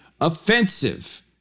offensive